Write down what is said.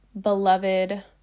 beloved